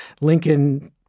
Lincoln